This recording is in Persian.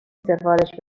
سفارش